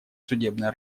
судебная